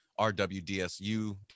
RWDSU